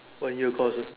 one year course ah